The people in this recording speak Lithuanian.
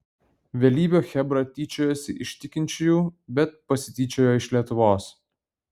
vėlyvio chebra tyčiojosi iš tikinčiųjų bet pasityčiojo iš lietuvos